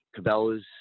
Cabela's